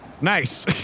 Nice